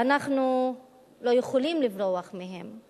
ואנחנו לא יכולים לברוח מהם.